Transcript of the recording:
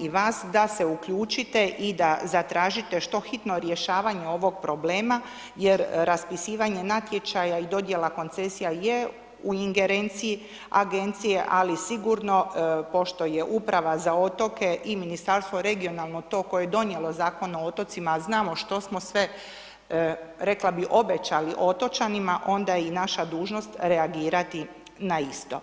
i vas da se uključite i da zatražite što hitno rješavanje ovog problema, jer raspisivanje natječaja i dodjela koncesija je u ingerenciji agencije, ali sigurno pošto je Uprava za otoke i Ministarstvo regionalno to koje je donijelo Zakon o otocima a znamo što smo sve rekla bi obećali otočanima, onda je i naša dužnost reagirati na isto.